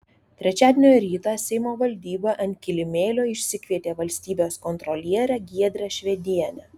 trečiadienio rytą seimo valdyba ant kilimėlio išsikvietė valstybės kontrolierę giedrę švedienę